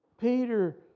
Peter